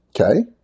okay